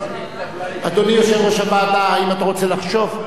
אדוני יושב-ראש הוועדה, האם אתה רוצה לחשוב?